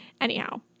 anyhow